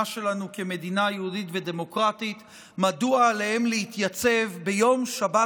שלנו כמדינה יהודית ודמוקרטית מדוע עליהם להתייצב ביום שבת